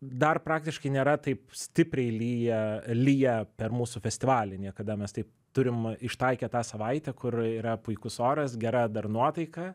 dar praktiškai nėra taip stipriai liję liję per mūsų festivalį niekada mes taip turim ištaikę tą savaitę kur yra puikus oras gera dar nuotaika